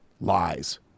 Lies